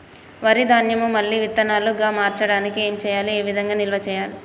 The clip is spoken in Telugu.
వరి ధాన్యము మళ్ళీ విత్తనాలు గా మార్చడానికి ఏం చేయాలి ఏ విధంగా నిల్వ చేయాలి?